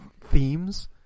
themes